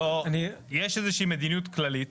יש איזה שהיא מדיניות כללית